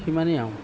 সিমানেই আৰু